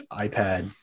iPad